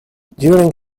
during